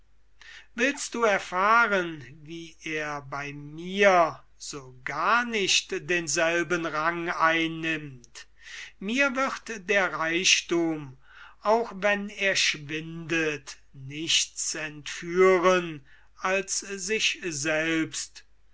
willst du erfahren wie er so gar nicht denselben rang einnimmt mir wird der reichthum auch wenn er schwindet nichts entführen als sich selbst